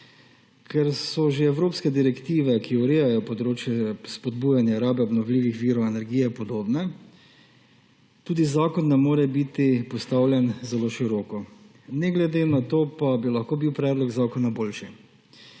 Ker so že evropske direktive, ki urejajo področje spodbujanja rabe obnovljivih virov energije, podobne, tudi zakon ne more biti postavljen zelo široko. Ne glede na to pa bi lahko bil predlog zakona boljši.